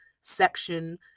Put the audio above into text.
section